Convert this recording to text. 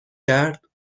کرد